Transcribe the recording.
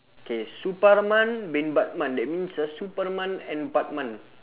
K superman bin batman that means ah superman and batman